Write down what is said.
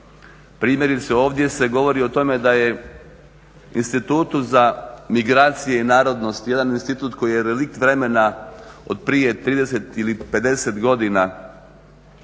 Primjerice ovdje se govori o tome da je Institutu za migracije i narodnost, jedan institut koji je relikt vremena od prije 30 ili 50 godina